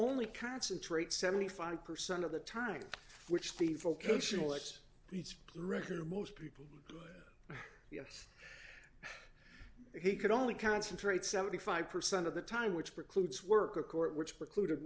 only concentrate seventy five percent of the time which the vocational x beats record of most people but yes he could only concentrate seventy five percent of the time which precludes work a court which precluded